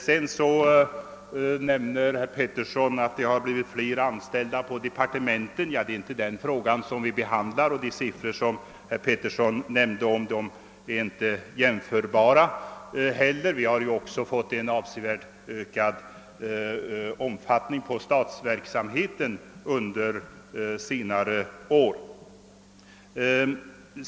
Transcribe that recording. Vidare nämner herr Petersson att det inom departementen har blivit flera anställda. Det är inte den frågan vi be handlar nu och de siffror som herr Petersson nämnde är inte relevanta; vi har ju också fått en avsevärt ökad omfattning på statsverksamheten under senare år.